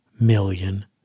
million